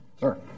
Sir